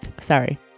Sorry